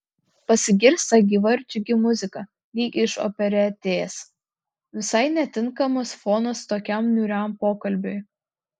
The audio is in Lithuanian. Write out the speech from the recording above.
pasigirsta gyva ir džiugi muzika lyg iš operetės visai netinkamas fonas tokiam niūriam pokalbiui